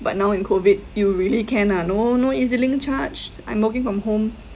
but now in COVID you really can ah no no E_Z link charge I'm working from home